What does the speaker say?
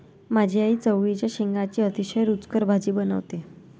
माझी आई चवळीच्या शेंगांची अतिशय रुचकर भाजी बनवते